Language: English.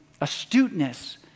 astuteness